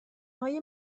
های